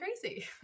crazy